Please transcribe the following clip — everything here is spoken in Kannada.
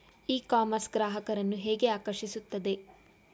ಇ ಕಾಮರ್ಸ್ ಗ್ರಾಹಕರನ್ನು ಹೇಗೆ ಆಕರ್ಷಿಸುತ್ತದೆ?